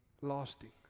lasting